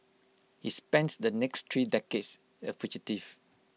he spent the next three decades A fugitive